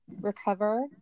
recover